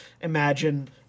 imagine